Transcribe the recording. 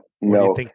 no